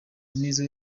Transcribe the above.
nizo